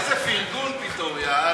איזה פרגון פתאום, יא אללה.